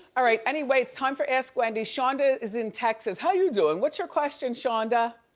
all right, anyway, it's time for ask wendy. shawnda is in texas. how you doing? what's your question, shawnda?